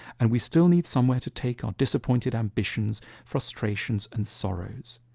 and we still need somewhere to take are disappointed ambitions, frustrations and sorrows.